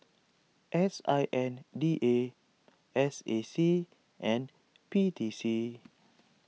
S I N D A S A C and P T C